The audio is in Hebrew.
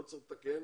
לא צריך לתקן